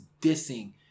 dissing